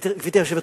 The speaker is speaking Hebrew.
גברתי היושבת-ראש,